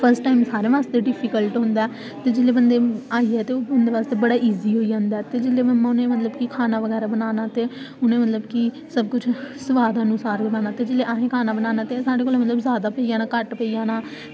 first time खाना आस्तै difficult होंदा ऐ ते जेल्लै बंदे ई आई जा ते उसलै बंदे ताहीं बड़ा ईज़ी होई जंदा ऐ ते जेल्लै मम्मा नै मतलब की खाना बनाना ते उनें ई मतलब की सबकुछ सोआद अनुसार गै बनाना ते जेल्लै असें बनाना ते साढ़े कोला जादै पेई जाना घट्ट पेई जाना